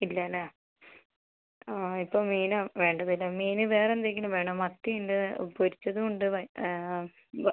ഇല്ല അല്ലേ ആ ഇപ്പോൾ മീനാ വേണ്ടത് അല്ലേ മീൻ വേറെ എന്തെങ്കിലും വേണോ മത്തി ഉണ്ട് പൊരിച്ചതും ഉണ്ട് വ